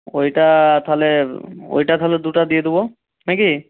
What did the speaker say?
ওইটা তাহলে ওইটা তাহলে দুটা দিয়ে দেবো না কি